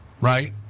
right